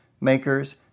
makers